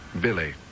Billy